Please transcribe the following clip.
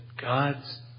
God's